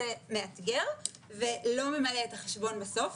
זה מאתגר ולא ממלא את החשבון בסוף.